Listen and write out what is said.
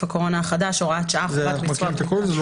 הקורונה החדש (הוראת שעה) (חובת ביצוע